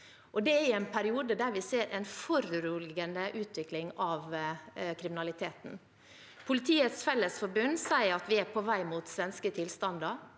det er i en periode der vi ser en foruroligende utvikling av kriminaliteten. Politiets Fellesforbund sier at vi er på vei mot svenske tilstander.